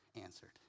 answered